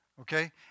okay